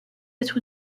être